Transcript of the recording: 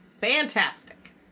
fantastic